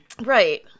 Right